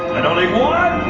and only one